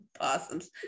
possums